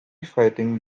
fighting